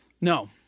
No